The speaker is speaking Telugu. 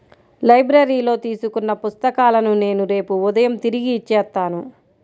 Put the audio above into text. లైబ్రరీలో తీసుకున్న పుస్తకాలను నేను రేపు ఉదయం తిరిగి ఇచ్చేత్తాను